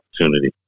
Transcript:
opportunity